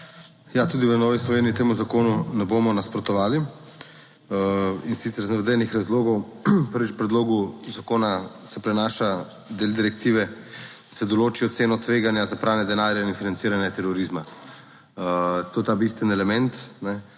Tudi v Novi Sloveniji temu zakonu ne bomo nasprotovali, in sicer iz navedenih razlogov. Prvič, v predlogu zakona se prenaša del direktive se določi oceno tveganja za pranje denarja in financiranje terorizma. To je ta bistveni element,